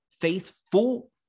faithful